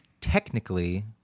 technically